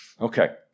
okay